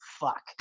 fuck